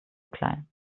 klein